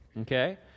Okay